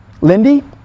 Lindy